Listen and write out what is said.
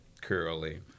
curly